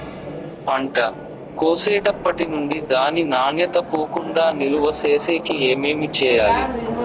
పంట కోసేటప్పటినుండి దాని నాణ్యత పోకుండా నిలువ సేసేకి ఏమేమి చేయాలి?